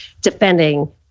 defending